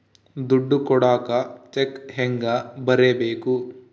ದುಡ್ಡು ಕೊಡಾಕ ಚೆಕ್ ಹೆಂಗ ಬರೇಬೇಕು?